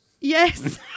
Yes